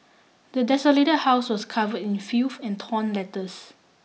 the desolated house was covered in filth and torn letters